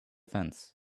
fence